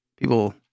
people